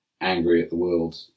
angry-at-the-world